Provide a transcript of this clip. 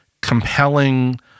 compelling